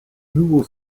nouveau